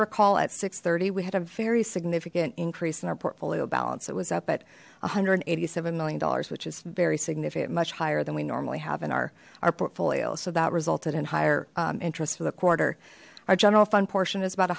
recall at six thirty we had a very significant increase in our portfolio balance it was up at one hundred and eighty seven million dollars which is very significant much higher than we normally have in our our portfolio so that resulted in higher interest for the quarter our general fund portion is about